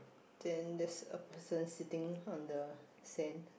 then there's a person sitting on the sand